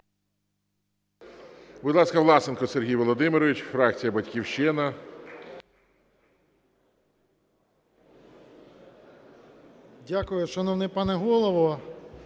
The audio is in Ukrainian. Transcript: Дякую. Шановний пане Голово,